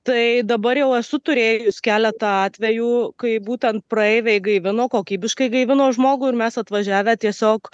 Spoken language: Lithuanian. tai dabar jau esu turėjus keletą atvejų kai būtent praeiviai gaivino kokybiškai gaivino žmogų ir mes atvažiavę tiesiog